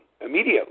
immediately